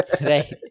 right